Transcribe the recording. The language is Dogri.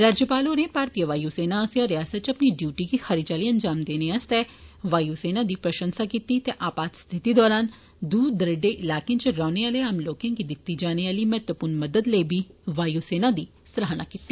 राज्यपाल होरें भारतीय वायू सेना आस्सेआ रियासता च अपनी डयूटी गी खरी चाल्ली अंजाम देने आस्तै वायू सेना दी प्रशंसा कीती ते आपात स्थिति दौरान दूर दरेड़े इलाकें च रौहने आले आम लोकें गी दिती जाने आली महत्वपूर्ण मदद लेई बी वायू सेना दी सराहना कीती